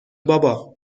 بابا